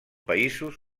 països